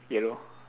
yellow